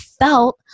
felt